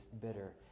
bitter